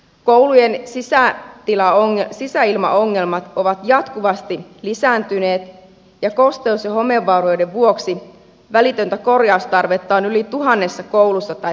koulujen sisäilmaongelmat ovat jatkuvasti lisääntyneet ja kosteus ja homevaurioiden vuoksi välitöntä korjaustarvetta on yli tuhannessa koulussa tai päiväkodissa